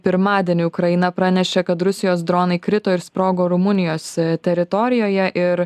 pirmadienį ukraina pranešė kad rusijos dronai krito ir sprogo rumunijos teritorijoje ir